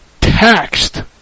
taxed